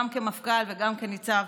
גם מפכ"ל וגם נציב,